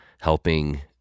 helping